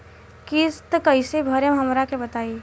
किस्त कइसे भरेम हमरा के बताई?